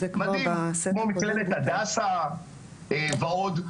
כמו מכללת הדסה ועוד,